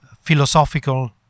philosophical